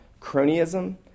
cronyism